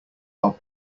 are